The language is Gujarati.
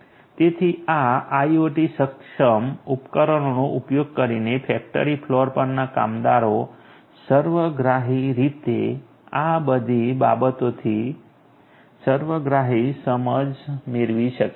તેથી આ IoT સક્ષમ ઉપકરણોનો ઉપયોગ કરીને ફેક્ટરી ફ્લોર પરના કામદારો સર્વગ્રાહી રીતે આ બધી બાબતોની સર્વગ્રાહી સમજ મેળવી શકે છે